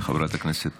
חברת הכנסת